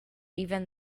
even